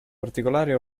particolari